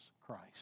Christ